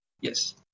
Yes